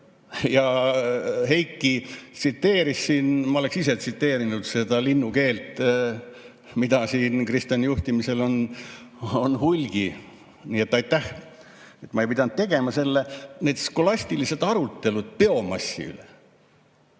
mida Heiki siin tsiteeris – ma oleksin ise tsiteerinud seda linnukeelt, mida siin Kristeni juhtimisel on hulgi. Aitäh, et ma ei pidanud tegema seda! Need skolastilised arutelud biomassi üle,